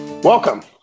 Welcome